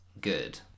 good